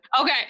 okay